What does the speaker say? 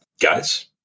Guys